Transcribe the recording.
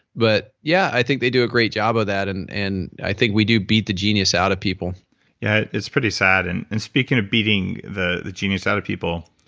but yeah, i think they do a great job of that and and i think we do beat the genius out of people yeah it's pretty sad. and and speaking of beating the the genius out of people,